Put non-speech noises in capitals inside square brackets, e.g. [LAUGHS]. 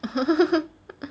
[LAUGHS]